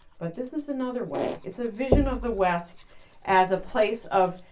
but this is another way. it's a vision of the west as a place of,